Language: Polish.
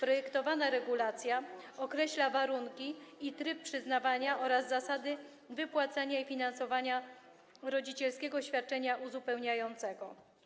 Projektowana regulacja określa warunki i tryb przyznawania oraz zasady wypłacania i finansowania rodzicielskiego świadczenia uzupełniającego.